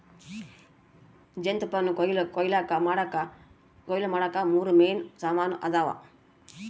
ಜೇನುತುಪ್ಪಾನಕೊಯ್ಲು ಮಾಡಾಕ ಮೂರು ಮೇನ್ ಸಾಮಾನ್ ಅದಾವ